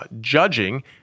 judging